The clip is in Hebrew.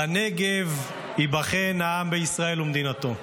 "בנגב ייבחן העם בישראל ומדינתו"